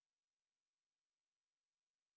I think my computer is not